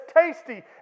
tasty